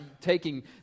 taking